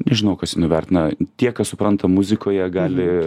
nežinau kas jį nuvertina tie kas supranta muzikoje gali